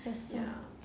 that's right